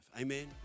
Amen